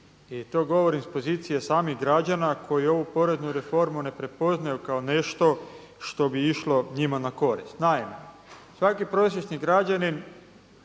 I to govorim s pozicije samih građana koji ovu poreznu reformu ne prepoznaju kao nešto što bi išlo njima na korist. Naime, svaki prosječni građanin